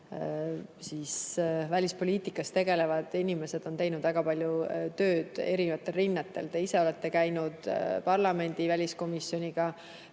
Eesti välispoliitikas tegelevad inimesed on teinud väga palju tööd erinevatel rinnetel. Te ise olete koos parlamendi väliskomisjoniga